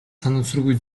санамсаргүй